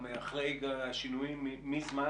מזמן